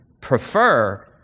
prefer